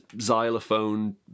xylophone